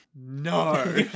no